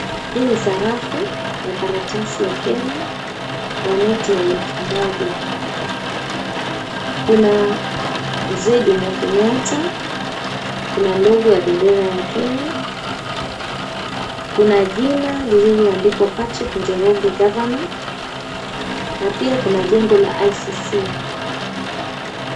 Hii ni sarafu ya karatasi ya Kenya ya noti ya elfu moja. Kuna Mzee Jomo Kenyatta, kuna logo ya bendera ya Kenya, kuna jina lililoandikwa, "Patrick Njoroge Governor", na pia kuna jengo la ICC.